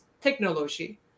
technology